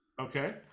okay